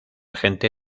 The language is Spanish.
gente